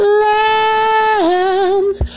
lands